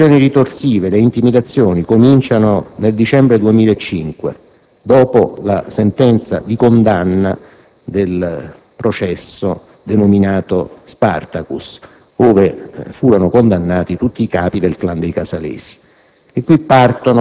Le minacce di azioni ritorsive e le intimidazioni cominciano nel dicembre 2005, dopo la sentenza di condanna del processo denominato Spartacus, ove furono condannati tutti i capi del *clan* dei casalesi.